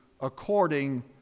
according